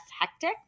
hectic